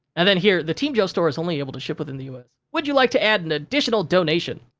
and then, here, the team joe store is only able to ship within the us. would you like to add an additional donation?